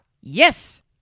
Yes